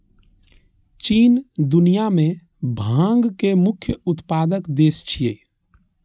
चीन दुनिया मे भांग के मुख्य उत्पादक देश छियै